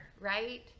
right